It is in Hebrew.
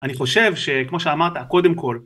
אני חושב שכמו שאמרת קודם כל